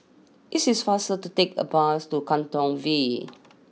is is faster to take the bus to Katong V